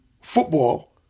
football